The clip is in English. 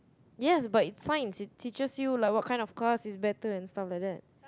yes but it's science it teaches like what kind of cars is better and stuff like that